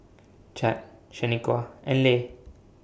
Chadd Shaniqua and Le